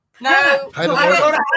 No